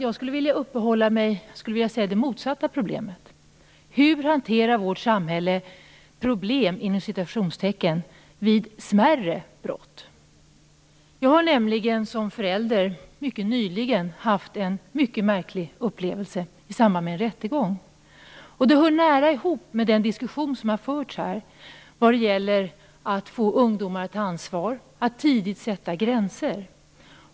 Jag skulle vilja uppehålla mig vid det motsatta problemet. Hur hanterar vårt samhälle "problem" vid smärre brott? Jag har nämligen som förälder alldeles nyligen haft en mycket märklig upplevelse i samband med en rättegång. Det hör nära ihop med den diskussion som förts här vad gäller att få ungdomar att ta ansvar, att tidigt sätta gränser.